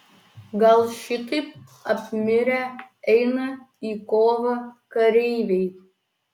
gal šitaip apmirę eina į kovą kareiviai